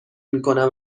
میکنم